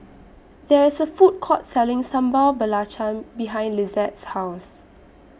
There IS A Food Court Selling Sambal Belacan behind Lizette's House